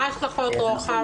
מה השלכות הרוחב?